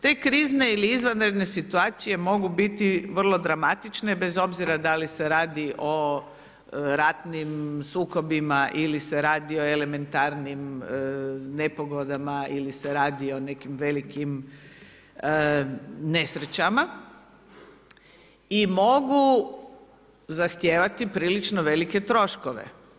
Te krizne ili izvanredne situacije mogu biti vrlo dramatične bez obzira da li se radi o ratnim sukobima ili se radi o elementarnim nepogodama ili se radi o nekim velikim nesrećama i mogu zahtijevati prilično velike troškove.